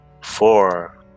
Four